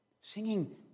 Singing